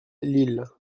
lille